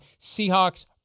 Seahawks